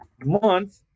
month